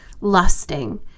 lusting